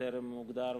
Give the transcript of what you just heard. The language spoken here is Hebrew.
שטרם הוגדר,